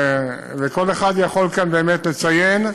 וכל אחד יכול כאן באמת לציין.